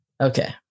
okay